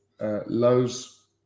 lows